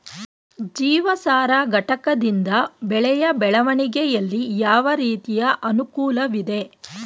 ಜೀವಸಾರ ಘಟಕದಿಂದ ಬೆಳೆಯ ಬೆಳವಣಿಗೆಯಲ್ಲಿ ಯಾವ ರೀತಿಯ ಅನುಕೂಲವಿದೆ?